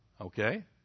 Okay